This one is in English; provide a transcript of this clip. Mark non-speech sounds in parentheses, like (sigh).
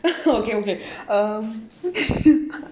(laughs) okay okay um